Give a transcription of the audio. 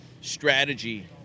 strategy